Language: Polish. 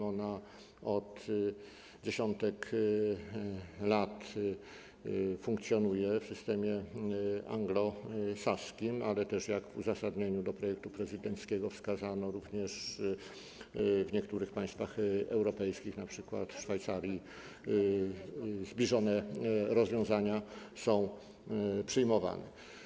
Ona od dziesiątek lat funkcjonuje w systemie anglosaskim, ale też - jak w uzasadnieniu do projektu prezydenckiego wskazano - w niektórych państwach europejskich, np. w Szwajcarii, zbliżone rozwiązania są przyjmowane.